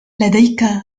لديك